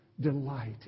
delight